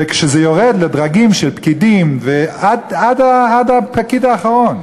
וכשזה יורד לדרגים של פקידים, עד הפקיד האחרון,